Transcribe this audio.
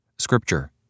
Scripture